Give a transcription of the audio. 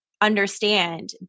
understand